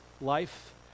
life